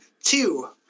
two